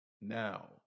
now